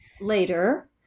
later